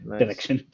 direction